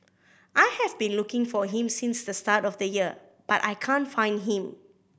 I have been looking for him since the start of the year but I can't find him